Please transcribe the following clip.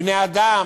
בני-אדם,